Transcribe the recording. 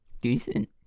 decent